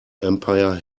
empire